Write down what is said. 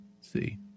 see